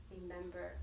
Remember